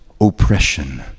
oppression